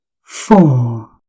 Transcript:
four